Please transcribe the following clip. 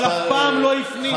אבל אף פעם לא הפנים.